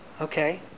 okay